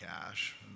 cash